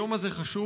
היום הזה חשוב,